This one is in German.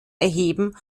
erheben